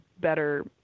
better